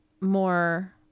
more